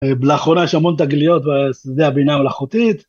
לאחרונה יש המון תגליות וזה הבינה המלאכותית.